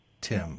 Tim